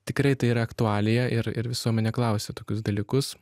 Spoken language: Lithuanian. tikrai tai ir aktualija ir ir visuomenė klausia tokius dalykus